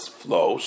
flow